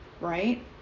Right